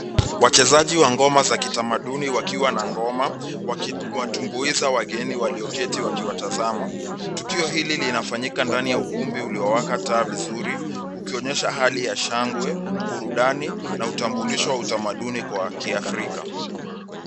Wachezaji wa ngoma za kitamaduni wakiwa na ngoma, wakiwatumbuiza wageni walioketi wakiwatazama. Tukio hili linafanyika ndani ya ukumbi uliowaka taa vizuri, ukionyesha hali ya shangwe, burudani, na utambulisho wa utamaduni wa kiafrika.